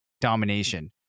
domination